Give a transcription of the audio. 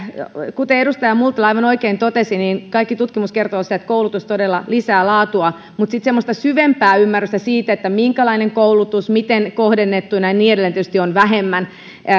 kuten edustaja multala aivan oikein totesi kaikki tutkimus kertoo sitä että koulutus todella lisää laatua mutta semmoista syvempää ymmärrystä siitä minkälainen koulutus miten kohdennettuna ja niin edelleen tietysti on vähemmän